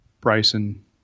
Bryson